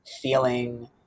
feeling